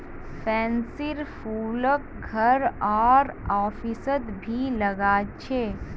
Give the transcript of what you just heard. पैन्सीर फूलक घर आर ऑफिसत भी लगा छे